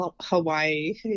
Hawaii